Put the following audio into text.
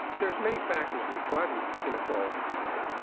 there's many factors that are driving inequality today,